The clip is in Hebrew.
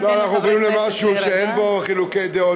ניתן לחברי הכנסת להירגע.